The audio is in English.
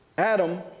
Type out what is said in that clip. Adam